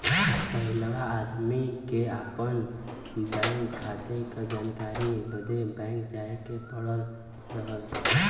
पहिलवा आदमी के आपन खाते क जानकारी बदे बैंक जाए क पड़त रहल